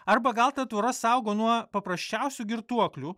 arba gal ta tvora saugo nuo paprasčiausių girtuoklių